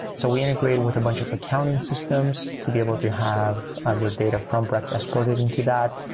so we integrate with a bunch of accounting systems to be able to have your data from brex exported into that.